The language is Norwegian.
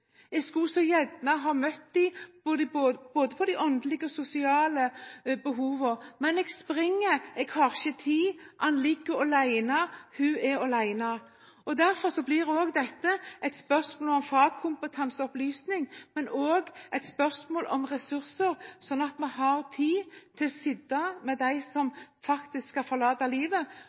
møtt både de åndelige og de sosiale behovene, men jeg springer, jeg har ikke tid – han ligger alene, hun er alene. Derfor blir dette et spørsmål om fagkompetanse og om opplysning, men også om ressurser, slik at vi har tid til å sitte hos dem som skal forlate livet – i respekt for den som skal forlate livet,